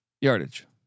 Yardage